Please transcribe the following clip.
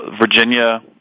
Virginia